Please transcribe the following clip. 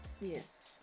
Yes